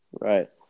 Right